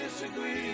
disagree